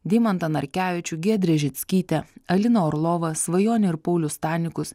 deimantą narkevičių giedrę žickytę aliną orlovą svajonę ir paulių stanikus